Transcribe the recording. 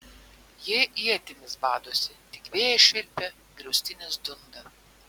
jie ietimis badosi tik vėjas švilpia griaustinis dunda